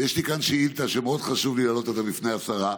ויש לי כאן שאילתה שמאוד חשוב לי להעלות אותה לפני השרה,